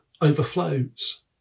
overflows